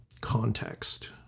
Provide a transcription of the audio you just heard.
context